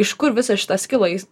iš kur visas šitas kilo jis